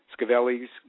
Scavelli's